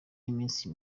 y’iminsi